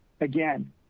Again